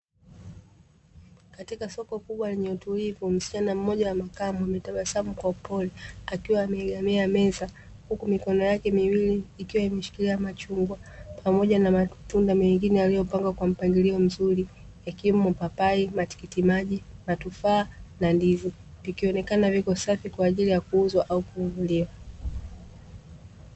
Katika soko kubwa lenye utulivu, msichana mmoja wa makamo ametabasamu kwa upole akiwa ameegemea meza, huku mikono yake miwili ikiwa imeshikilia machungwa pamoja na matunda mengine yaliyopangwa kwa mpangilio mzuri, yakiwemo: papai, matikiti maji, matufaa na ndizi; vikionekana viko safi kwa ajili ya kuuzwa au kuliwa.